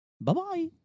Bye-bye